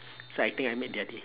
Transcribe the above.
so I think I made their day